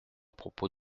propos